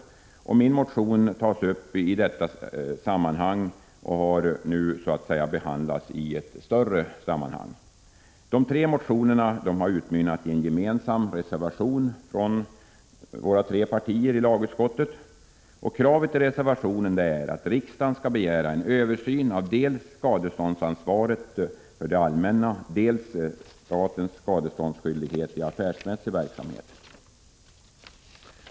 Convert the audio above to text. Min motion behandlas nu tillsammans med dessa motioner och kommer därför upp i ett större sammanhang. De tre motionerna har utmynnat i en gemensam reservation från företrädarna för de tre borgerliga partierna i lagutskottet. I reservationen krävs att riksdagen skall begära en översyn av dels skadeståndsansvaret för det allmänna, dels statens skadeståndsskyldighet i affärsmässig verksamhet.